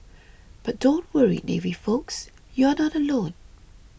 but don't worry navy folks you're not alone